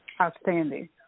Outstanding